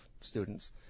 students